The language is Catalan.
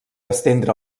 estendre